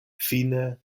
fine